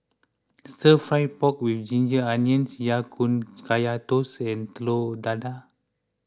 Stir Fried Pork with Ginger Onions Ya Kun Kaya Toast and Telur Dadah